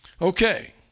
Okay